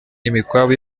imikwabu